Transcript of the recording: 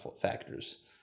factors